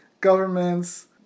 governments